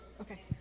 okay